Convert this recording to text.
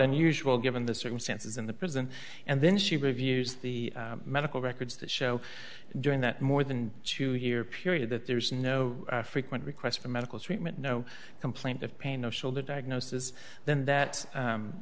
unusual given the circumstances in the prison and then she reviews the medical records that show during that more than two year period that there is no frequent requests for medical treatment no complaint of pain no shoulder diagnosis then that